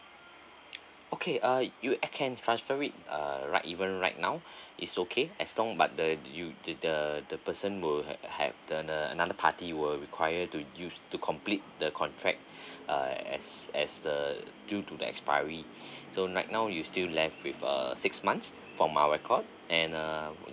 okay uh you I can transfer it uh right even right now it's okay as long but the you did the the person will have the another another party will require to use to complete the contract uh as as the due to the expiry so right now you still left with uh six months from our record and uh